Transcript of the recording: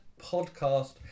podcast